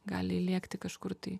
gali įlėkti kažkur tai